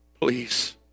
please